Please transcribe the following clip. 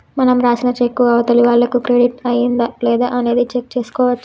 మనం రాసిన చెక్కు అవతలి వాళ్లకు క్రెడిట్ అయ్యిందా లేదా అనేది చెక్ చేసుకోవచ్చు